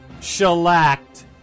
shellacked